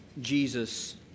Jesus